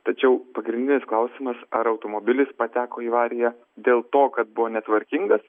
tačiau pagrindinis klausimas ar automobilis pateko į avariją dėl to kad buvo netvarkingas